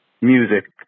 music